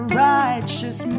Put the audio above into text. righteous